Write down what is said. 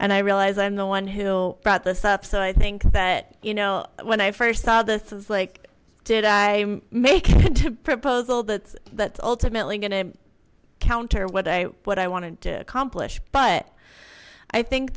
and i realize i'm the one who will brought this up so i think that you know when i first saw this is like did i make a proposal that that's ultimately going to counter what i what i want to accomplish but i think